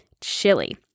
chili